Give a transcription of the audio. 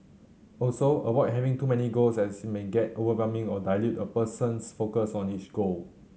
also avoid having too many goals as it may get overwhelming or dilute a person's focus on each goal